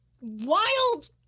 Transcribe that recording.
wild